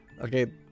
Okay